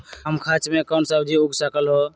कम खर्च मे कौन सब्जी उग सकल ह?